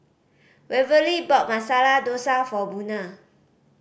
Waverly bought Masala Dosa for Buna